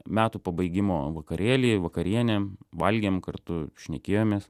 metų pabaigimo vakarėly vakarienė valgėm kartu šnekėjomės